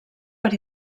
per